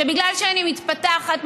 שבגלל שאני מתפתחת,